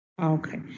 Okay